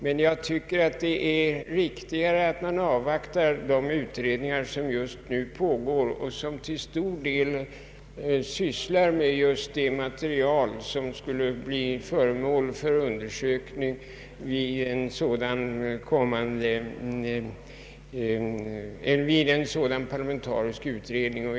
Men jag tycker det är riktigare att avvakta de utredningar som just nu pågår och som till stor del sysslar med det material som skulle bli föremål för undersökning av en sådan parlamentarisk utredning.